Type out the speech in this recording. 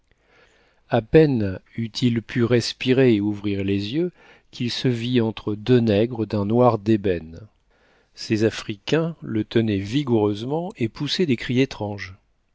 a peine eut-il pu respirer et ouvrir les yeux qu'il se vit entre deux nègres d'un noir débène ces africains le tenaient vigoureusement et poussaient des cris étranges